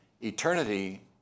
Eternity